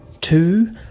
two